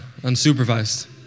unsupervised